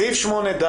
סעיף 8ד